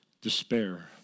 despair